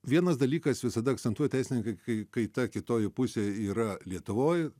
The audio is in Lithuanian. vienas dalykas visada akcentuoja teisininkai kai kai ta kitoji pusė yra lietuvoj